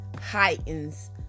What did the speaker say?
heightens